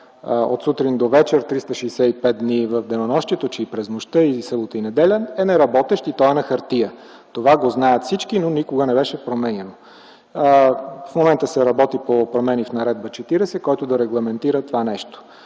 от сутрин до вечер 365 дни – и през нощта, и в събота и неделя, е неработещ, той е на хартия. Това го знаят всички, но никога не беше променяно. В момента се работи по промени в Наредба № 40, които да регламентират това нещо.